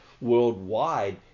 worldwide